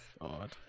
Odd